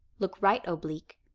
look right oblique,